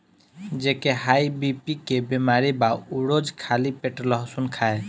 जेके high BP के बेमारी बा उ रोज खाली पेटे लहसुन खाए